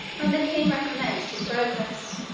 and the king recommenced his progress.